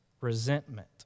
resentment